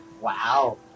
Wow